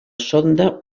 sonda